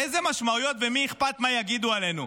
איזה משמעויות ולמי אכפת מה יגידו עלינו?